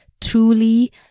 truly